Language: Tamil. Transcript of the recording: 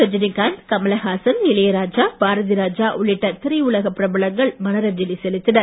ரஜினிகாந்த் கமலஹாசன்இளையராஜா பாரதிராஜா உள்ளிட்ட திரையுலக பிரபலங்கள் மலர் அஞ்சலி செலுத்தினர்